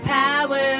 power